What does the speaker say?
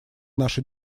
наши